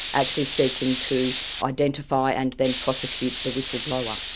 actually seeking to identify and then prosecute the whistleblower.